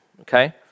okay